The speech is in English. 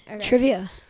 trivia